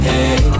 Hey